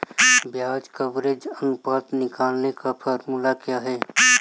ब्याज कवरेज अनुपात निकालने का फॉर्मूला क्या है?